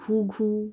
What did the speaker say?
ঘুঘু